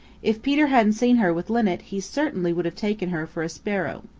if peter hadn't seen her with linnet he certainly would have taken her for a sparrow.